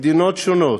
מדינות שונות,